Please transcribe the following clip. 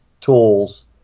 tools